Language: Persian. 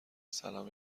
سلام